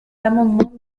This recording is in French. l’amendement